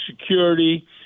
security